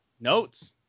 Notes